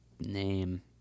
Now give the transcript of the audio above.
name